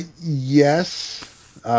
Yes